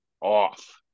off